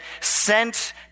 sent